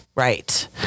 Right